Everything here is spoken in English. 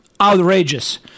outrageous